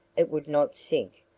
it would not sink,